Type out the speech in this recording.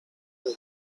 del